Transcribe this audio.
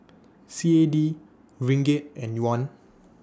C A D Ringgit and Yuan